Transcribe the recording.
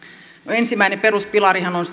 ensimmäinen peruspilarihan on